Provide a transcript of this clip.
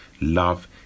love